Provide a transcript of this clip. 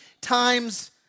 times